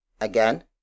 Again